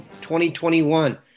2021